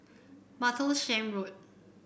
Martlesham Road